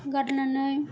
गारनानै